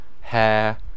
hair